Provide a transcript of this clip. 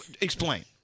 explain